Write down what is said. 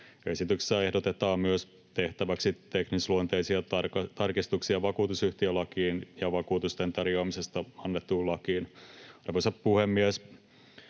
Esityksessä ehdotetaan myös tehtäväksi teknisluonteisia tarkistuksia vakuutusyhtiölakiin ja vakuutusten tarjoamisesta annettuun lakiin. Arvoisa puhemies!